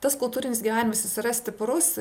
tas kultūrinis gyvenimas jis yra stiprus